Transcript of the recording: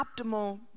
optimal